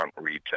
retail